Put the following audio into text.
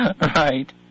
Right